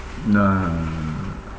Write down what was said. nah